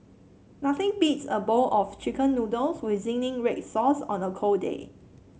nothing beats a bowl of chicken noodles with zingy red sauce on a cold day